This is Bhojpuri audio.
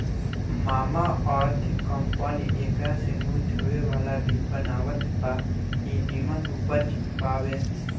मामाअर्थ कंपनी एकरा से मुंह धोए वाला भी बनावत बा इ निमन उपज बावे